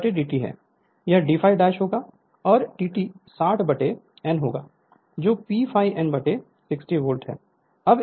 Refer Slide Time 2456 यह d ∅ dash होगा P P ∅ और dt 60 N होगा जो P ∅ N 60 वोल्ट है